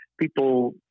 people